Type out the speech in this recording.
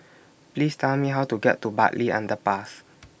Please Tell Me How to get to Bartley Underpass